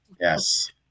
Yes